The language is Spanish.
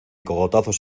cogotazos